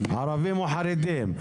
ערבים או חרדים.